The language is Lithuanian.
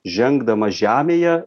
žengdamas žemėje